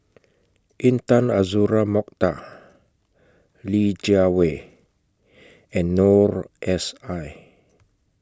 Intan Azura Mokhtar Li Jiawei and Noor S I